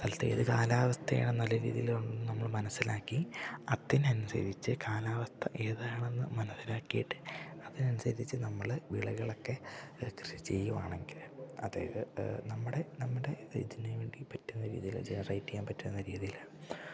സ്ഥലത്ത് ഏത് കാലാവസ്ഥയാണ് നല്ല രീതിയിൽ നമ്മൾ മനസ്സിലാക്കി അത് അനനുസരിച്ചു കാലാവസ്ഥ ഏതാണെന്ന് മനസ്സിലാക്കിയിട്ട് അതിന് അനുസരിച്ചു നമ്മൾ വിളകളൊക്കെ കൃഷി ചെയ്യുകയാണെങ്കിൽ അതായത് നമ്മുടെ നമ്മുടെ ഇതിനുവേണ്ടി പറ്റുന്ന രീതിയിൽ ജനറേറ്റ് ചെയ്യാൻ പറ്റുന്ന രീതിയിൽ